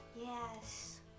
Yes